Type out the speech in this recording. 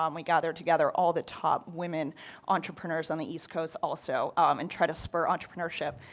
um we gather together all the top women entrepreneurs on the east coast also and try to spur entrepreneurship,